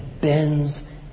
bends